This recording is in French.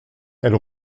elle